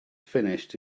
finished